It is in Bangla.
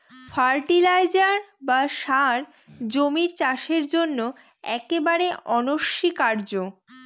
ফার্টিলাইজার বা সার জমির চাষের জন্য একেবারে অনস্বীকার্য